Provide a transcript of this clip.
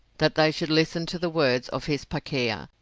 that they should listen to the words of his pakeha,